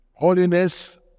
Holiness